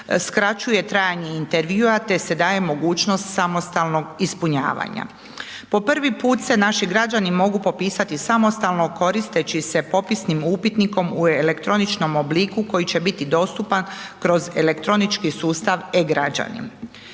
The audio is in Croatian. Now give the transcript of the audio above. skraćuje trajanje intervjua te se daje mogućnost samostalnog ispunjavanja. Po prvi put se naši građani mogu popisati samostalno koristeći popisnim upitnikom u elektroničnom obliku koji će biti dostupan kroz elektronički sustav e-Građani.